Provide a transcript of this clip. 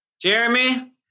Jeremy